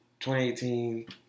2018